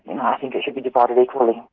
and think it should be divided equally.